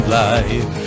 life